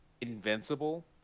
invincible